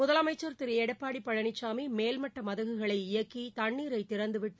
முதலனமச்சர் திரு எடப்பாடி பழனிசாமி மேல்மட்ட மதகுகளை இயக்கி தண்ணீரை திறந்து விட்டு